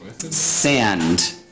sand